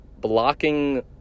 blocking